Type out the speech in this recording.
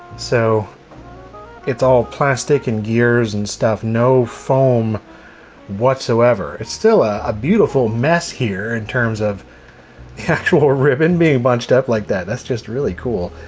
so it's all plastic and gears and stuff. no foam whatsoever. it's still a ah beautiful mess here in terms of actual ribbon being bunched up like that. that's just really cool.